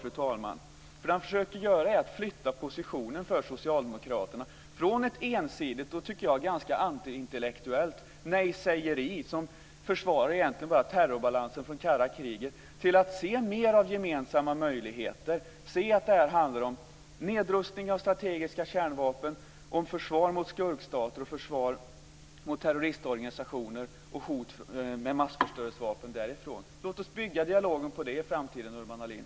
Vad han försöker göra är att flytta positionen för socialdemokraterna från ett ensidigt och, tycker jag, ganska antiintellektuellt nej-sägeri som försvar av egentligen bara terrorbalansen från kalla kriget till att se mera av gemensamma möjligheter, se att det här handlar om nedrustning av strategiska kärnvapen, om försvar mot "skurkstater" och försvar mot terroristorganisationer och massförstörelsevapen. Låt oss bygga dialogen på detta i framtiden, Urban Ahlin.